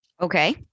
Okay